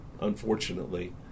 unfortunately